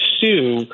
sue